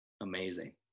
Amazing